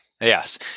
Yes